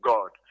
God